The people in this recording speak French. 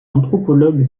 anthropologue